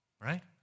right